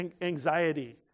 anxiety